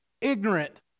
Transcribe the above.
ignorant